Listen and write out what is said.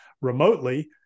remotely